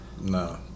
No